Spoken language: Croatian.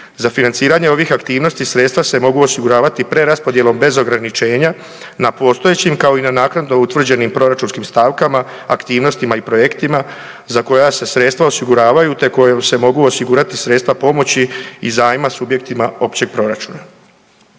Za financiranje ovih aktivnosti sredstva se mogu osiguravati preraspodjelom bez ograničenja na postojećim, kao i na naknadno utvrđenim proračunskih stavkama, aktivnostima i projektima, za koja se sredstva osiguravaju te kojom se mogu osigurati sredstva pomoći i zajma subjektima općeg proračuna.